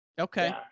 Okay